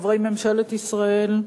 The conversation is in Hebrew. חברי ממשלת ישראל,